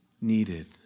needed